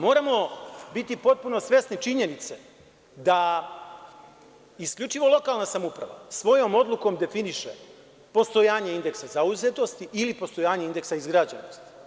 Moramo biti potpuno svesni činjenice da isključivo lokalna samouprava svojom odlukom definiše postojanje indeksa zauzetosti ili postojanje indeksa izgrađenosti.